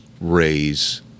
raise